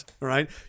right